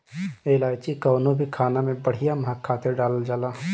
इलायची कवनो भी खाना में बढ़िया महक खातिर डालल जाला